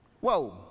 whoa